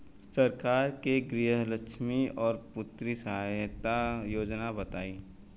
सरकार के गृहलक्ष्मी और पुत्री यहायता योजना बताईं?